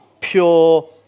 pure